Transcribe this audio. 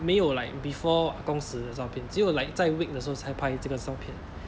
没有 like before 阿公死的照片只有 like 在 wake 的时候才拍这个照片